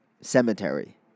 cemetery